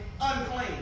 unclean